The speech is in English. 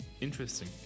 interesting